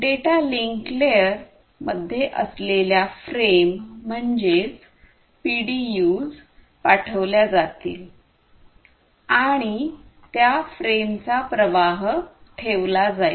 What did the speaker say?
data link layer मध्ये असलेल्या frame म्हणजेच PDUs पाठवल्या जातील आणि त्या फ्रेमचा प्रवाह ठेवला जाईल